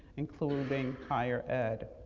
including higher ed.